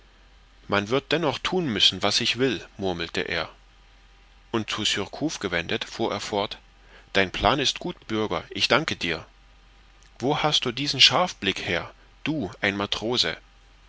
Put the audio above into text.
man wird dennoch thun müssen was ich will murmelte er und zu surcouf gewendet fuhr er fort dein plan ist gut bürger ich danke dir wo hast du diesen scharfblick her du ein matrose